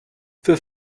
für